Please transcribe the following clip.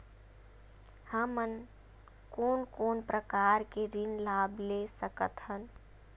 हमन कोन कोन प्रकार के ऋण लाभ ले सकत हन?